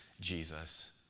Jesus